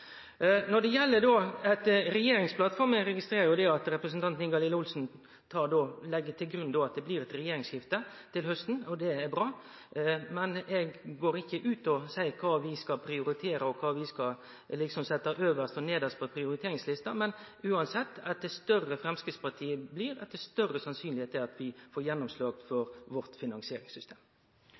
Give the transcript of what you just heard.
Når det gjeld regjeringsplattform – eg registrerer at Ingalill Olsen legg til grunn at det blir eit regjeringsskifte til hausten, og det er bra – går eg ikkje ut og seier kva vi skal prioritere, og kva vi skal setje øvst og nedst på prioriteringslista. Men uansett, jo større Framstegspartiet blir, jo meir sannsynleg er det at vi får gjennomslag for finansieringssystemet vårt.